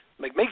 Make